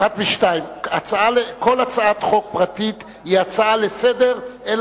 אחת משתיים: כל הצעת חוק פרטית היא הצעה לסדר-היום,